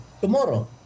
tomorrow